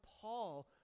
Paul